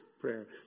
prayer